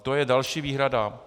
To je další výhrada.